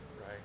Right